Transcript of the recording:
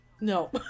No